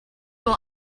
will